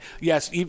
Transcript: yes